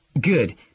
Good